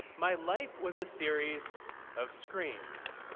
my life was a series of screens.